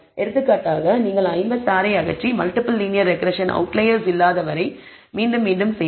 எடுத்துக்காட்டாக நீங்கள் 56 ஐ அகற்றி மல்டிபிள் லீனியர் ரெக்ரெஸ்ஸன் அவுட்லயர்ஸ் இல்லாத வரை மீண்டும் மீண்டும் செய்யலாம்